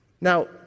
Now